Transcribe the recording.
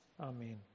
Amen